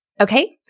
Okay